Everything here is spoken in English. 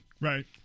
Right